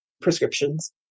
prescriptions